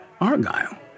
Argyle